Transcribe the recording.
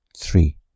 three